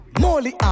Molly